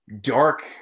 dark